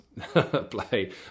play